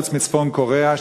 מלבד צפון-קוריאה,